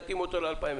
להתאים אותו ל-2020.